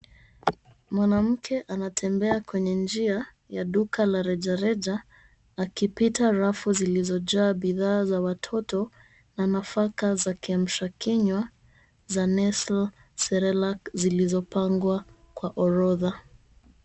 Mwanamke anatembea kwenye njia ya duka la rejareja akipita rafu zilizo jaa bidhaa za watoto na nafaka za kiamsha kinywa za Nesta Cerelac zilizopangwa kwa orodha.